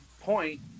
point